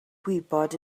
gwybod